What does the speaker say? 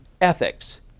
ethics